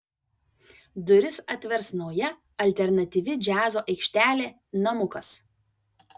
duris atvers nauja alternatyvi džiazo aikštelė namukas